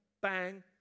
bang